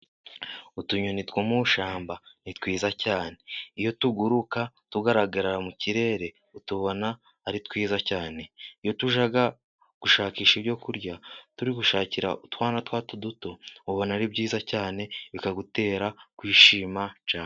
Utunyoni two mu ishyamba, ni twiza cyane. Iyo tuguruka, tugaragara mu kirere, utubona ari twiza cyane, iyo tujya gushakisha ibyo kurya, turi gushakira utuwana twato duto, ubona ari byiza cyane, bikagutera kwishima cyane.